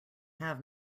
have